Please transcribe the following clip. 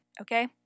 Okay